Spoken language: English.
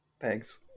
Thanks